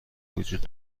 وجود